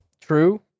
true